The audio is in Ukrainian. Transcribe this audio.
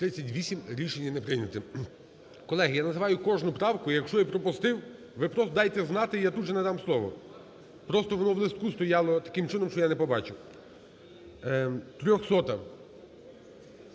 За-38 Рішення не прийнято. Колеги, я називаю кожну правку. Якщо я пропустив, ви просто дайте знати, і я тут же надам слово. Просто воно в листку стояло таким чином, що я не побачив 300-а.